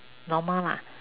normal lah